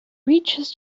reaches